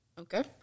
Okay